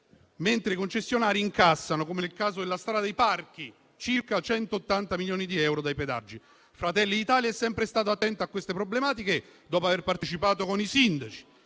mentre i concessionari incassano, come nel caso della Strada dei parchi, circa 180 milioni di euro dai pedaggi. Fratelli d'Italia è sempre stato attento a queste problematiche e, dopo aver partecipato con i sindaci